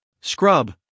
scrub